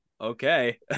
okay